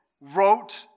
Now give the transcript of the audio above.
wrote